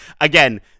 Again